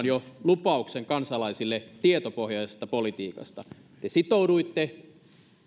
jo hallitusohjelmassaan antanut kansalaisille lupauksen tietopohjaisesta politiikasta te sitouduitte